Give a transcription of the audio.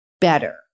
better